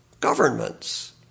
governments